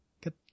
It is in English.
Good